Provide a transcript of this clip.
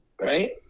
right